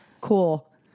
cool